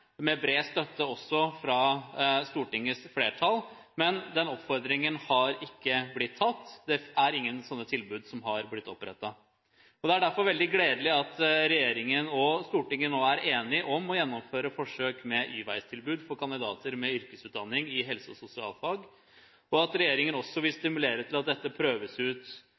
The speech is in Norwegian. med bred støtte også fra Stortingets flertall, men den oppfordringen har ikke blitt tatt – ingen sånne tilbud har blitt opprettet. Det er derfor veldig gledelig at regjeringen og Stortinget nå er enige om å gjennomføre forsøk med Y-veistilbud for kandidater med yrkesutdanning i helse- og sosialfag, og det at regjeringen også vil stimulere til at forsøk med Y-vei prøves ut